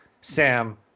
Sam